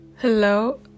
Hello